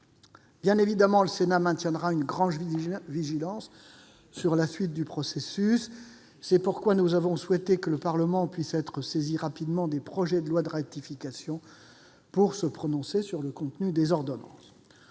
Bien évidemment, le Sénat restera très vigilant quant à la suite du processus. C'est pourquoi nous avons souhaité que le Parlement puisse être saisi rapidement des projets de loi de ratification, pour se prononcer sur le contenu des ordonnances.